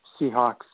Seahawks